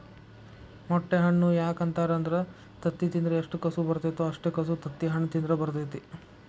ಮೊಟ್ಟೆ ಹಣ್ಣು ಯಾಕ ಅಂತಾರ ಅಂದ್ರ ತತ್ತಿ ತಿಂದ್ರ ಎಷ್ಟು ಕಸು ಬರ್ತೈತೋ ಅಷ್ಟೇ ಕಸು ತತ್ತಿಹಣ್ಣ ತಿಂದ್ರ ಬರ್ತೈತಿ